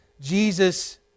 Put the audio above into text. Jesus